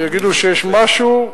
יגידו שיש משהו,